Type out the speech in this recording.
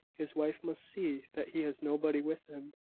his wife must see that he has nobody with him.